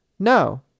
No